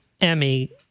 Emmy